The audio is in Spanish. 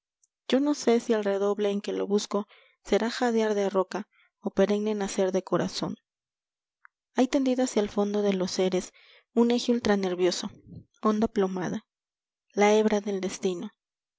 yo no sé si el redoble en que lo busco será jadear de roca o perenne nacer de corazón hay tendida hacia al fondo de los seres un eje ultranervioso honda plomada la hebra del destino